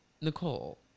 Nicole